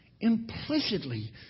implicitly